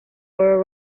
were